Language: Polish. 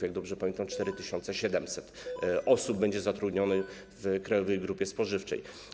Jeśli dobrze pamiętam, 4700 osób będzie zatrudnionych w Krajowej Grupie Spożywczej.